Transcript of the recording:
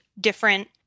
different